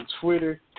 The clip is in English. Twitter